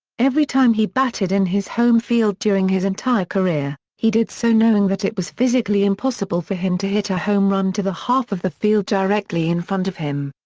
every time he batted in his home field during his entire career, he did so knowing that it was physically impossible for him to hit a home run to the half of the field directly in front of him.